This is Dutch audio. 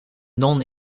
non